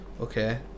Okay